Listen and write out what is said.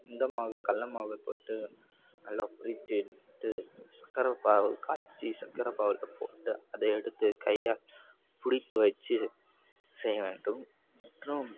இந்த மாவு கடல மாவை போட்டு நல்லா எடுத்து சர்க்கர பாகு காய்ச்சி சர்க்கர பாகுல போட்டு அதை எடுத்து கையால் பிடித்து வச்சு செய்ய வேண்டும் மற்றும்